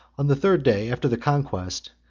on the third day after the conquest,